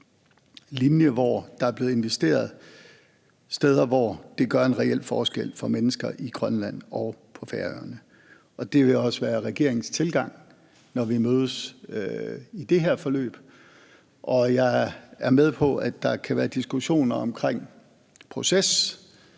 der er blevet investeret steder, hvor det gør en reel forskel for mennesker i Grønland og på Færøerne. Det vil også være regeringens tilgang, når vi mødes i det her forløb. Jeg er med på, at der kan være diskussioner om proces,